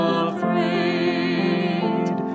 afraid